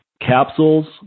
capsules